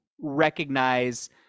recognize